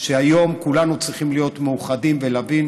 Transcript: שהיום כולנו צריכים להיות מאוחדים ולהבין